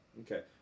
Okay